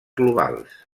globals